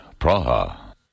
Praha